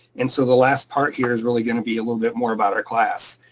and so the last part here is really gonna be a little bit more about our class,